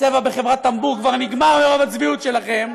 הצבע בחברת טמבור כבר נגמר מרוב הצביעות שלכם,